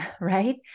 right